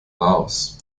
laos